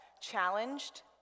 challenged